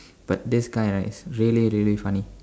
but this guy right is really really funny